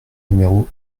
numéro